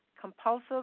compulsive